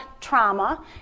trauma